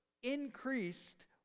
increased